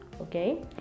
okay